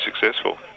successful